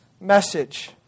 message